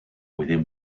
within